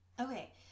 Okay